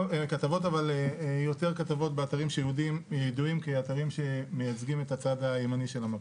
אבל יותר כתבות באתרים שידועים כאתרים שמייצגים את הצד הימני של המפה.